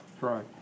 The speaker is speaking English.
Right